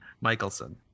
Michelson